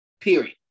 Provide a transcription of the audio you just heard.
Period